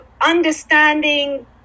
understanding